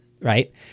right